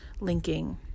linking